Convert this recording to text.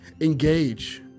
Engage